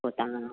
पोइ तव्हां